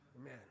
Amen